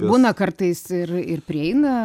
būna kartais ir ir prieina